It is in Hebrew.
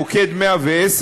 מוקד 110,